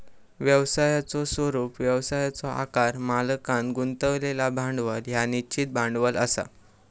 व्यवसायाचो स्वरूप, व्यवसायाचो आकार, मालकांन गुंतवलेला भांडवल ह्या निश्चित भांडवल असा